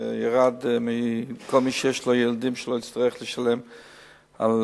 שירד מכל מי שיש לו ילדים ולא יצטרך לשלם בטיפת-חלב.